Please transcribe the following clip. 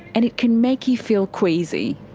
and it can make you feel queasy.